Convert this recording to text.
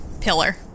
pillar